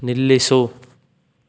ನಿಲ್ಲಿಸು